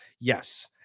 yes